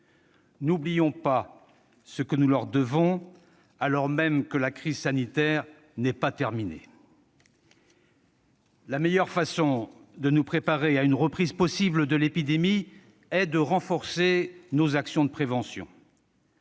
N'oublions pas ce que nous leur devons, alors même que la crise sanitaire n'est pas terminée. « La meilleure façon de nous préparer à une reprise possible de l'épidémie est de renforcer nos actions de prévention.